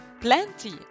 plenty